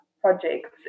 projects